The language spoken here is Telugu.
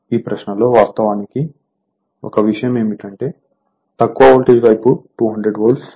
కాబట్టి ఈ ప్రశ్నలో వాస్తవానికి ఒక విషయం ఏమిటంటే తక్కువ వోల్టేజ్ వైపు 200 వోల్ట్